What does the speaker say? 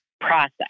process